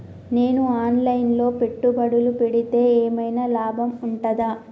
నేను online లో పెట్టుబడులు పెడితే ఏమైనా లాభం ఉంటదా?